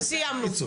טוב, סיימנו.